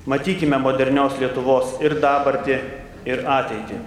matykime modernios lietuvos ir dabartį ir ateitį